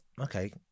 okay